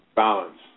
Balance